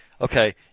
okay